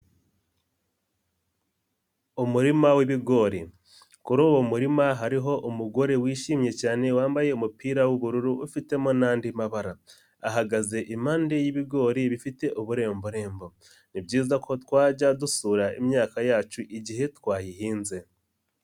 Umurima w'ibigori kuri uwo murima hariho umugore wishimye cyane wambaye umupira w'ubururu ufitemo n'andi mabara ahagaze impande y'ibigori bifite uburemborembo, ni byiza ko twajya dusura imyaka yacu igihe twayihinze.